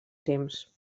temps